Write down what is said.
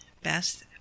best